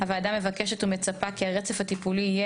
4. הוועדה מבקשת שהרצף הטיפולי יהיה